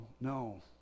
no